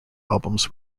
albums